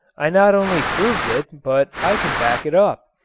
i not only proved it, but i can back it up.